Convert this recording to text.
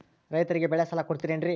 ರೈತರಿಗೆ ಬೆಳೆ ಸಾಲ ಕೊಡ್ತಿರೇನ್ರಿ?